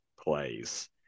plays